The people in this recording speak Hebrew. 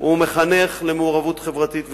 הוא מחנך למעורבות חברתית וציבורית,